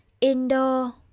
Indo